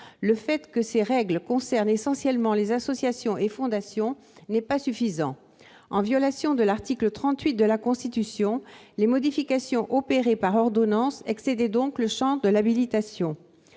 Le fait que ces règles concernent essentiellement les associations et fondations n'est pas suffisant. En violation de l'article 38 de la Constitution, les modifications effectuées par ordonnance excédaient donc le champ de l'habilitation.